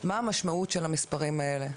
מה המשמעות של המספרים האלה,